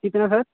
कितना सर